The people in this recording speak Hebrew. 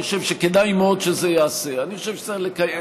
אני חושב שכדאי מאוד שזה ייעשה: אני חושב שצריך לקיים